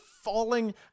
falling